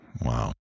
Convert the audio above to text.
Wow